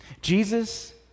Jesus